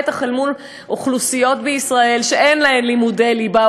בטח אל מול אוכלוסיות בישראל שאין בהן לימודי ליבה,